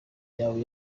yawe